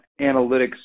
analytics